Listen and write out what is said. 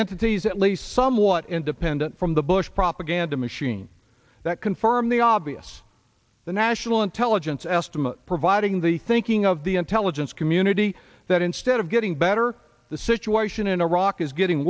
entities at least somewhat independent from the bush propaganda machine that confirm the obvious the national intelligence estimate providing the thinking of the intelligence community that instead of getting better the situation in iraq is getting